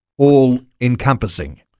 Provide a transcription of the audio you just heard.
all-encompassing